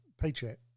paycheck